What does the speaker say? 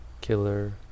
killer